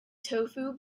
tofu